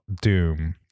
doom